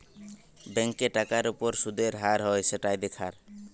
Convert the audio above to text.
ব্যাংকে টাকার উপর শুদের হার হয় সেটাই দেখার